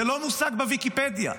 זה לא מושג בוויקיפדיה.